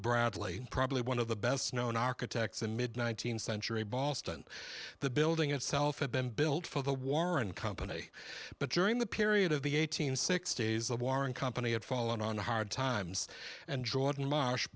bradley probably one of the best known architects in mid nineteenth century boston the building itself had been built for the warren company but during the period of the eighteen six days a warren company had fallen on hard times and jordan marsh